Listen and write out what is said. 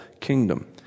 kingdom